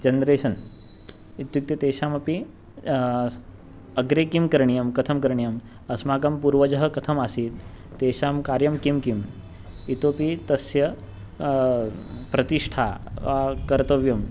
generation इत्युक्ते तेषामपि अग्रे किं करणीयं कथं करणीयम् अस्माकं पूर्वजः कथम् आसीत् तेषां कार्यं किं किम् इतोपि तस्य प्रतिष्ठा कर्तव्यं